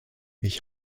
ich